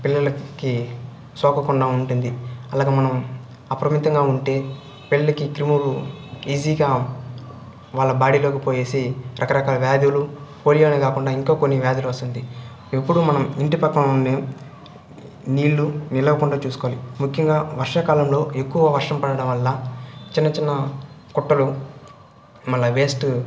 పిల్లలకి సోకకుండా ఉంటుంది అలాగే మనం అప్రమితంగా ఉంటే పిల్లలకి క్రిములు ఈజీగా వాళ్ళ బాడీలోకి పోయేసి రకరకాల వ్యాధులు పోలియోనే కాకుండా ఇంకా కొన్ని వ్యాధులు వస్తుంది ఎప్పుడు మనం ఇంటి పక్కన ఉండే నీళ్లు నిలవకుండా చూసుకోవాలి ముఖ్యంగా వర్షాకాలంలో ఎక్కువ వర్షం పడటం వల్ల చిన్న చిన్న కుట్టలు మల్ల వేస్ట్